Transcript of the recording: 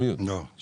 כמו שאמרתי,